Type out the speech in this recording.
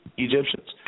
Egyptians